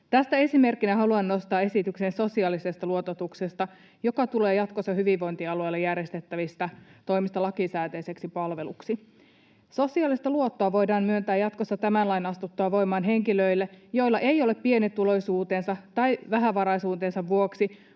Tästä esimerkkinä haluan nostaa esityksen sosiaalisesta luototuksesta, joka tulee jatkossa hyvinvointialueilla järjestettävistä toimista lakisääteiseksi palveluksi. Sosiaalista luottoa voidaan myöntää jatkossa, tämän lain astuttua voimaan, henkilöille, joilla ei ole pienituloisuutensa tai vähävaraisuutensa vuoksi